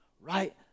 right